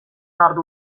nord